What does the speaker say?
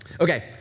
Okay